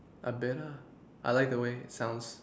I better I like the way sounds